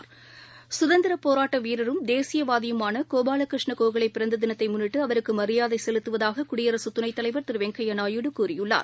சுதந்திரபோராட்டவீரரும் தேசியவாதியுமானகோபாலகிருஷ்ண கோகலேபிறந்ததினத்தைமுன்னிட்டுஅவருக்குமரியாதைசெலுத்துவதாககுடியரசுதுறை ணத்தலைவர் திருவெங்கையாநாயுடு கூறியுள்ளார்